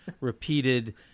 repeated